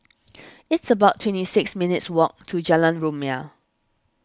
it's about twenty six minutes' walk to Jalan Rumia